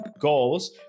goals